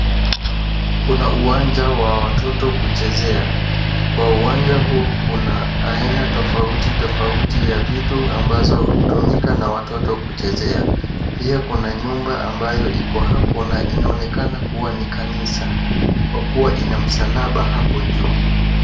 Kuna uwanja wa wototo kuchezea. Kwa uwanja huu kuna aina tofauti tofauti ya vitu ambazo hutumika na watoto kuchezea, pia kuna nyumba ambayo iko hapo na inaonekana kuwa ni kanisa kwa kuwa ina msalaba hapo juu.